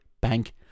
Bank